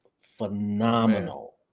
phenomenal